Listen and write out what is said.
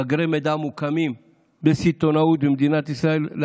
מאגרי מידע מוקמים בסיטונות במדינת ישראל.